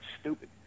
stupid